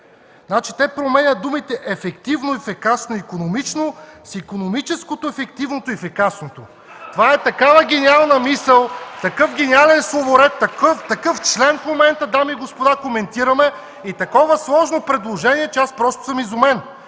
БСП. Те променят думите: „ефективно”, „ефикасно”, „икономично” с „икономическото”, „ефективното” и „ефикасното”. (Ръкопляскания от ГЕРБ.) Това е такава гениална мисъл, такъв гениален словоред, такъв член в момента, дами и господа, коментираме и такова сложно предложение, че аз просто съм изумен.